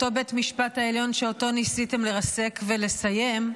אותו בית משפט עליון שניסיתם לרסק ולסיים,